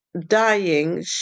dying